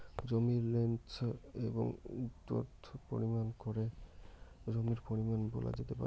জমির লেন্থ এবং উইড্থ পরিমাপ করে জমির পরিমান বলা যেতে পারে